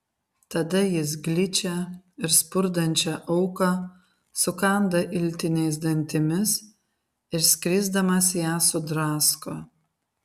tada jis gličią ir spurdančią auką sukanda iltiniais dantimis ir skrisdamas ją sudrasko